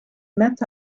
met